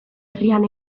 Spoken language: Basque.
herrian